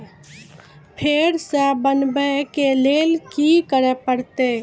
फेर सॅ बनबै के लेल की करे परतै?